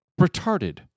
retarded